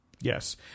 Yes